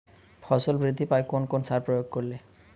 ফসল বৃদ্ধি পায় কোন কোন সার প্রয়োগ করলে?